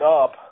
up